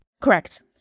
Correct